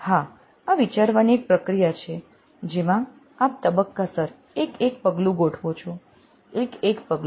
હા આ વિચારવાની એક પ્રક્રિયા છે જેમાં આપ તબક્કાસર એક એક પગલું ગોઠવો છો એક એક પગલું